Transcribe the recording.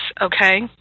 okay